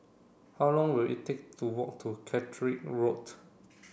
how long will it take to walk to Catterick Road